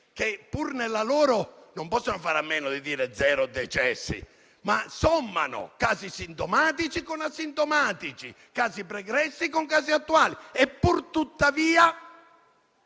che non possono fare a meno di dire «zero decessi», ma sommano casi sintomatici con asintomatici, casi pregressi con casi attuali; purtuttavia,